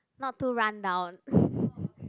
not too run down